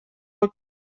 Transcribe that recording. looked